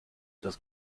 das